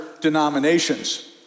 denominations